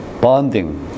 bonding